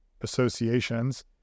associations